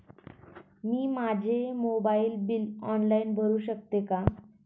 मी माझे mobile bill online भरू शकते का?